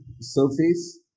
surface